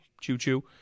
choo-choo